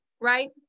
right